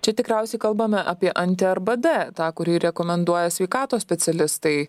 čia tikriausiai kalbame apie anti rbd tą kurį rekomenduoja sveikatos specialistai